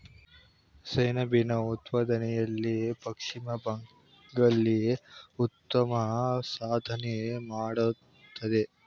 ಸೆಣಬಿನ ಉತ್ಪಾದನೆಯಲ್ಲಿ ಪಶ್ಚಿಮ ಬಂಗಾಳ ಉತ್ತಮ ಸಾಧನೆ ಮಾಡತ್ತದೆ